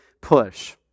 push